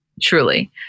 Truly